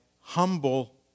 humble